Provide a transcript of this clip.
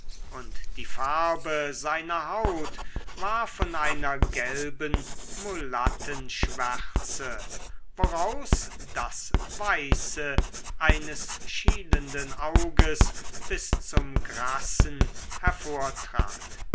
und die farbe seiner haut war von einer gelben mulattenschwärze woraus das weiße eines schielenden auges bis zum grassen hervortrat